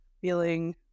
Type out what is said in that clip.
feeling